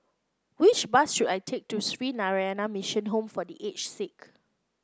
which bus should I take to Sree Narayana Mission Home for The Aged Sick